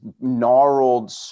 gnarled